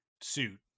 suit